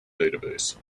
database